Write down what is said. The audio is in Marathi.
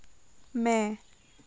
म्या